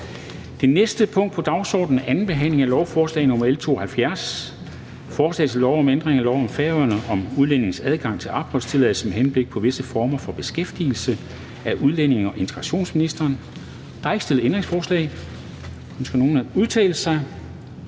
Det næste punkt på dagsordenen er: 28) 2. behandling af lovforslag nr. L 72: Forslag til lov om ændring af lov for Færøerne om udlændinges adgang til opholdstilladelse med henblik på visse former for beskæftigelse. (Ændring af bestemmelsen om arbejdsmarkedstilknytning). Af udlændinge- og